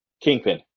Kingpin